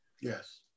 Yes